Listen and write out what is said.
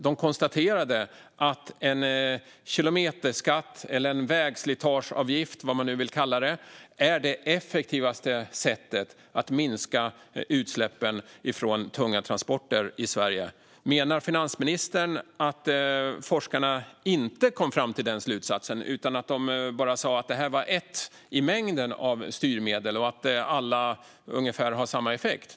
De konstaterade dock att en kilometerskatt eller en vägslitageavgift, eller vad man nu vill kalla det, är det effektivaste sättet att minska utsläppen från tunga transporter i Sverige. Menar finansministern att forskarna inte kom fram till den slutsatsen utan bara sa att det här var ett i en mängd av styrmedel som alla har ungefär samma effekt?